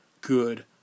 good